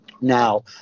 Now